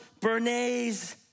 Bernays